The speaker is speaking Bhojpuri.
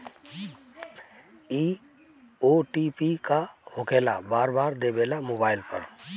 इ ओ.टी.पी का होकेला बार बार देवेला मोबाइल पर?